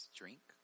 drink